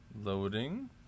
loading